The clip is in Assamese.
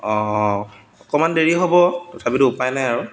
অঁ অকণমান দেৰি হ'ব তথাপিতো উপায় নাই আৰু